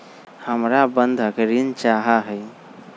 हमरा बंधक ऋण चाहा हई